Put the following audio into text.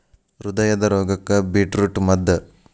ಹೃದಯದ ರೋಗಕ್ಕ ಬೇಟ್ರೂಟ ಮದ್ದ